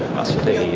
masturbate